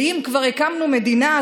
ואם כבר הקמנו מדינה,